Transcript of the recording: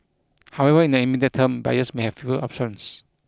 however in the immediate term buyers may have fewer options